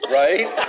right